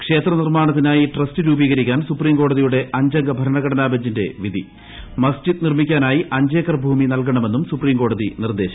ക്ഷേത്ര നിർമ്മാണത്തിനായി ട്രസ്റ്റ് രൂപീകരിക്കാൻ സുപ്രീംകോടതിയുടെ അഞ്ചംഗ ഭരണഘടനാ ബെഞ്ചിന്റെ വിധി മസ്ജിദ് നിർമ്മിക്കാനായി അഞ്ചേക്കർ ഭൂമി നൽകണമെന്നും സൂപ്രീംകോടതി നിർദ്ദേശം